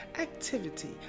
activity